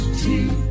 tea